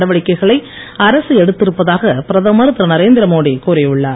நடவடிக்கைகளை எடுத்திருப்பதாக பிரதமர் அரசு திரு நரேந்திரமோடி கூறி உள்ளார்